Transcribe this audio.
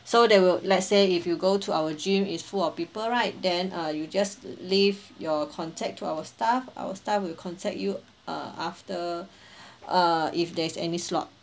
so they will let's say if you go to our gym it's full of people right then uh you just leave your contact to our staff our staff will contact you uh after uh if there's any slot